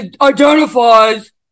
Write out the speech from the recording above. identifies